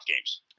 games